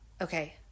okay